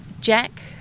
Jack